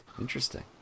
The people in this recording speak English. Interesting